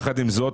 יחד עם זאת,